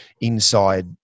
inside